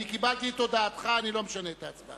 אני קיבלתי את הודעתך, ואני לא משנה את ההצבעה.